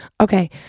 okay